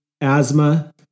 asthma